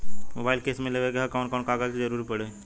Mobile किस्त मे लेवे के ह कवन कवन कागज क जरुरत पड़ी?